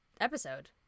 episode